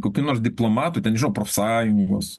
kokių nors diplomatų ten nežinau profsąjungos